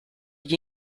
gli